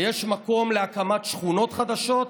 ויש מקום להקמת שכונות חדשות,